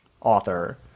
author